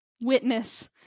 witness